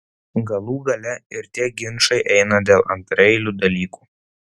galų gale ir tie ginčai eina dėl antraeilių dalykų